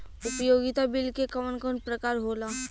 उपयोगिता बिल के कवन कवन प्रकार होला?